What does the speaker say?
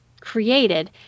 created